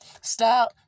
Stop